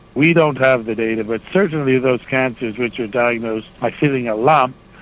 we don't have the data, but certainly those cancers which are diagnosed by feeling a lump,